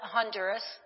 Honduras